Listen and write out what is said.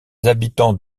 habitants